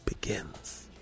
begins